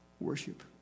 worship